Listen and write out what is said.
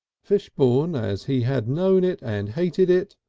fishbourne as he had known it and hated it,